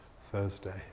Thursday